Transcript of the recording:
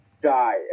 die